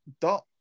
dot